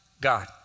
God